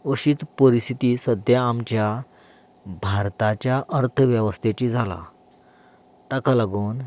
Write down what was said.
अशीच परिस्थिती सद्या आमच्या भारताच्या अर्थवेवस्थेची जाल्या ताका लागून